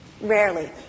Rarely